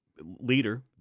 leader